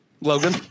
Logan